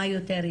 מה יותר יעיל?